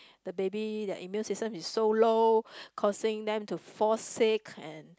the baby their immune system is so low causing them to fall sick and